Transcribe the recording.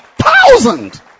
Thousand